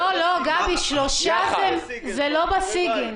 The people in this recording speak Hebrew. זה לא בסיגנט.